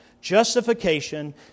Justification